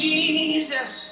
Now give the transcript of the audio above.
Jesus